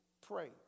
pray